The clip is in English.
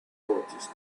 noticed